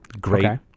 Great